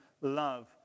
love